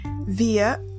via